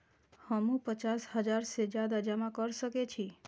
हमू पचास हजार से ज्यादा जमा कर सके छी?